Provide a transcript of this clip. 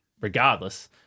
regardless